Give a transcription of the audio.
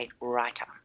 Writer